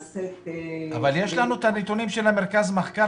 אבל יש לנו את הנתונים של מרכז המחקר,